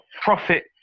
profit